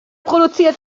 produziert